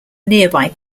nearby